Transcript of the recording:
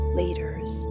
leaders